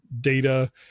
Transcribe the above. data